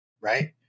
right